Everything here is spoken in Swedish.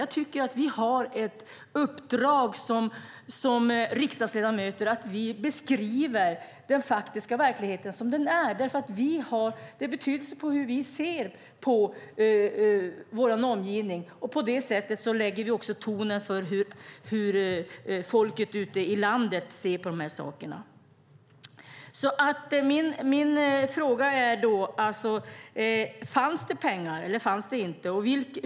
Jag tycker att vi som riksdagsledamöter har ett uppdrag att beskriva den faktiska verkligheten som den är, för det har betydelse hur vi ser på vår omgivning. På det sättet sätter vi också tonen för hur folket ute i landet ser på de här sakerna. Min fråga är då: Fanns det pengar eller fanns det inte?